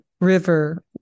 River